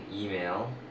email